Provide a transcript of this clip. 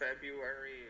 February